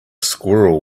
squirrel